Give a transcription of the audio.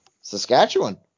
Saskatchewan